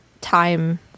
time